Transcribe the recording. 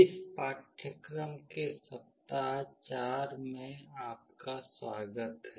इस पाठ्यक्रम के सप्ताह 4 में आपका स्वागत है